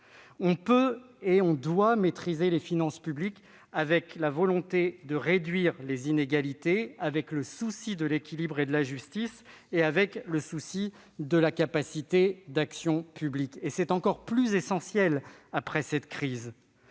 On peut et l'on doit maîtriser les finances publiques avec la volonté de réduire les inégalités, avec le souci de l'équilibre et de la justice, avec le souci de la capacité d'action publique. C'est d'autant plus essentiel après cette crise